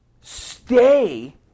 stay